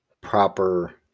proper